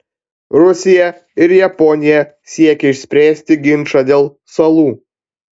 rusija ir japonija siekia išspręsti ginčą dėl salų